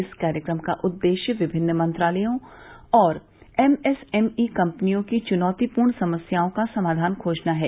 इस कार्यक्रम का उद्देश्य विभिन्न मंत्रालयों और एम एस एम ई कंपिनयों की चुनौतीपूर्ण समस्याओं का समाधान खोजना है